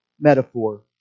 metaphor